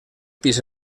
pis